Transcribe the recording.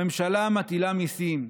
הממשלה מטילה מיסים,